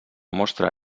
mostra